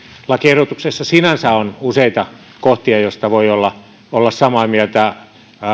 lakiehdotuksessa sinänsä on useita kohtia joista voi olla olla samaa mieltä